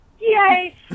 Yay